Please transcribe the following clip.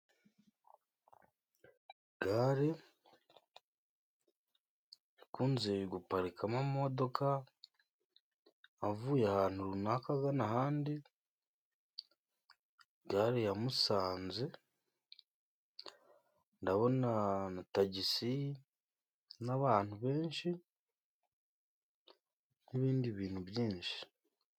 Gare ikunze guparikamo amamodoka avuye ahantu runaka agana ahandi. Gare ya Musanze, ndabona tagisi n'abantu benshi n'ibindi bintu byinshi.